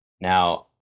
Now